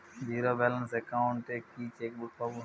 Zero balance account এ কি chequebook পাব?